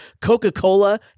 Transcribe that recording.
Coca-Cola